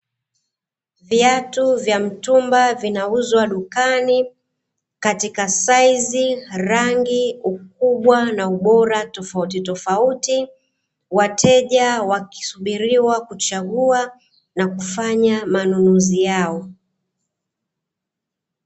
Viatu vya mtumba vinauzwa dukani katika saizi, rangi, ukubwa na ubora tofautitofauti, wateja wakisubiriwa kuchagua na kufanya manunuzi yao.